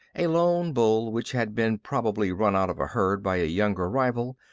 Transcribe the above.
a lone bull which had been probably run out of a herd by a younger rival,